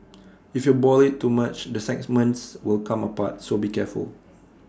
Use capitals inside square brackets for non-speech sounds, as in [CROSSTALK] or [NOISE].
[NOISE] if you boil IT too much the segments will come apart so be careful